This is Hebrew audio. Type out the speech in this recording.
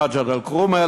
מג'ד-אלכרום,